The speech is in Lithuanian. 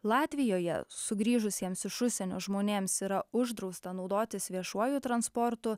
latvijoje sugrįžusiems iš užsienio žmonėms yra uždrausta naudotis viešuoju transportu